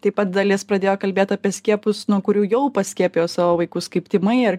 taip pat dalis pradėjo kalbėt apie skiepus nuo kurių jau paskiepijo savo vaikus kaip tymai ar